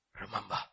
Remember